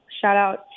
shout-out